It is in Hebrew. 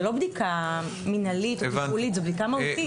זה לא בדיקה מנהלית או טיפולית, זה בדיקה מהותית.